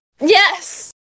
Yes